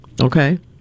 okay